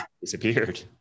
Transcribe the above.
disappeared